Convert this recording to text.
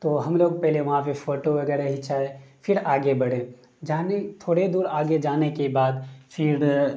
تو ہم لوگ پہلے وہاں پہ فوٹو وغیرہ کھچائے پھر آگے بڑھے جانے تھوڑے دور آگے جانے کے بعد پھر